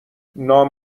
نام